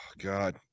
God